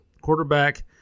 quarterback